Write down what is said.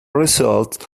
result